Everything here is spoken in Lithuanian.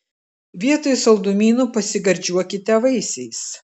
vietoj saldumynų pasigardžiuokite vaisiais